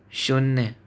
शून्य